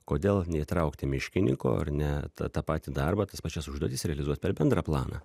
kodėl neįtraukti miškiniko ar ne tą tą patį darbą tas pačias užduotis realizuos per bendrą planą